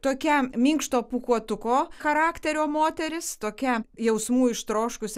tokia minkšto pūkuotuko charakterio moteris tokia jausmų ištroškusi